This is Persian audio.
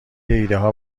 ایدهها